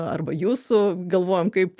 arba jūsų galvojam kaip